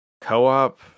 co-op